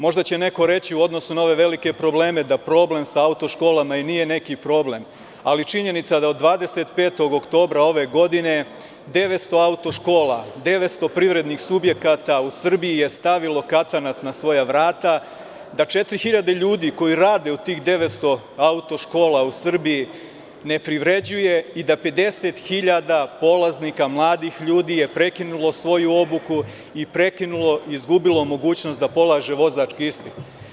Možda će neko reći u odnosu na ove velike probleme da problem sa auto školama i nije neki problem, ali činjenica da od 25. oktobra ove godine 900 auto škola, 900 privrednih subjekata u Srbiji je stavilo katanac na svoja vrata, da 4.000 ljudi koji rade u tih 900 auto škola u Srbiji ne privređuje i da 50.000 polaznika mladih ljudi je prekinulo svoju obuku i izgubilo mogućnost da polaže vozački ispit.